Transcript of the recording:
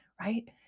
right